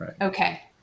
okay